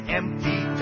empty